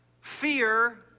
Fear